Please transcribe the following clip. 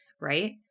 Right